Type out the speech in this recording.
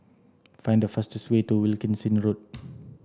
find the fastest way to Wilkinson Road